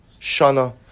shana